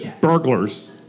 Burglars